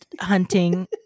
hunting